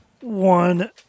one